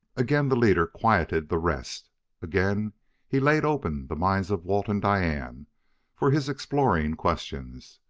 again the leader quieted the rest again he laid open the minds of walt and diane for his exploring questions,